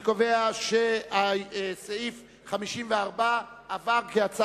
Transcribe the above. אני קובע שסעיפים 51 ו-52 התקבלו כנוסח